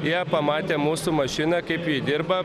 jie pamatė mūsų mašiną kaip ji dirba